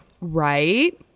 Right